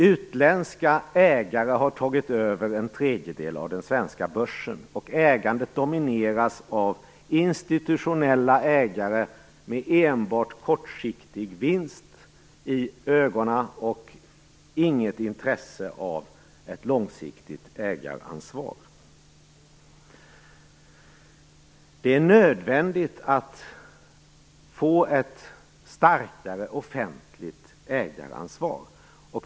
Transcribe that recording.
Utländska ägare har tagit över en tredjedel av den svenska börsen, och ägandet domineras av institutionella ägare med enbart kortsiktig vinst för ögonen och inget intresse av ett långsiktigt ägaransvar. Det är nödvändigt att få ett starkare offentligt ägaransvar.